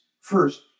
First